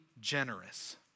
generous